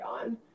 on